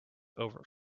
over